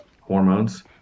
Hormones